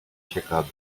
čeká